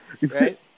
right